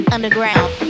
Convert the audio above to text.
Underground